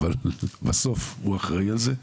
אבל בסוף הוא אחראי על זה,